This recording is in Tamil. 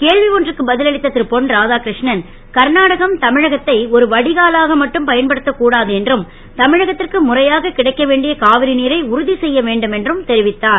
கேள்வி ஒன்றுக்கு ப ல் அளித்த ரு பொன் ராதாகிரு ணன் கர்நாடகம் தமிழகத்ததை ஒரு வடிகாலாக மட்டும் பயன்படுத்கக் கூடாது என்றும் தமிழகத் ற்கு முறையாக கிடைக்க வேண்டிய காவிரி நீரை உறு செ ய வேண்டும் என்றும் அவர் தெரிவித்தார்